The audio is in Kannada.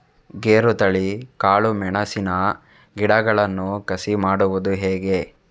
ಗೇರುತಳಿ, ಕಾಳು ಮೆಣಸಿನ ಗಿಡಗಳನ್ನು ಕಸಿ ಮಾಡುವುದು ಹೇಗೆ?